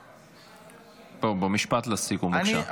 טוב, משפט לסיכום, בבקשה.